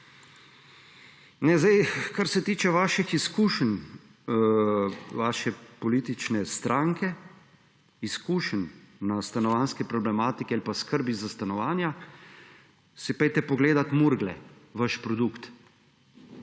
Kar se tiče vaših izkušenj, vaše politične stranke izkušenj na stanovanjski problematiki ali pa skrbi za stanovanja, si pojdite pogledat Murgle, vaš produkt.